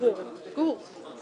נגיד אופטיקה